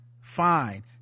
fine